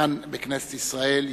כאן, בכנסת ישראל.